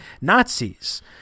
Nazis